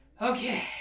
Okay